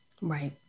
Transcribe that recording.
Right